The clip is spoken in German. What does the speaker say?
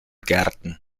gärten